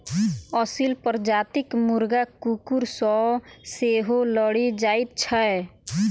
असील प्रजातिक मुर्गा कुकुर सॅ सेहो लड़ि जाइत छै